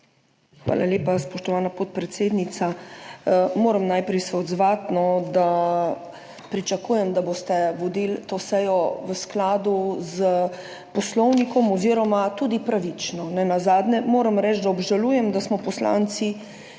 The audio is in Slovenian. Hvala lepa, spoštovana podpredsednica. Moram se najprej odzvati, da pričakujem, da boste vodili to sejo v skladu s Poslovnikom oziroma tudi pravično. Nenazadnje moram reči, da obžalujem, da smo bili